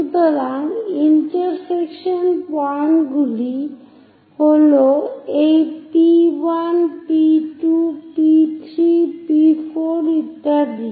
সুতরাং intersection point গুলি হলো এই P1 P2 P3 P4 ইত্যাদি